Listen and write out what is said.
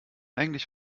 eigentlich